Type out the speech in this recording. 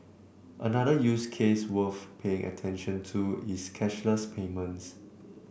another use case worth paying attention to is cashless payments